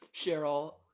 Cheryl